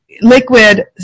liquid